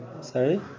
Sorry